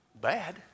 bad